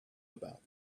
about